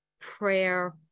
prayer